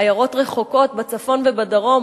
עיירות רחוקות בצפון ובדרום,